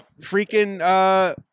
Freaking